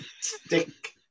Stick